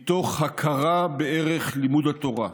מתוך הכרה בערך לימוד התורה,